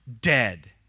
dead